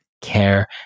care